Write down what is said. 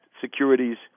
securities